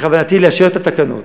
בכוונתי לאשר את התקנות,